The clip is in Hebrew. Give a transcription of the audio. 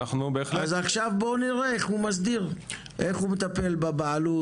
אז עכשיו בואו נראה איך הוא מטפל בבעלות,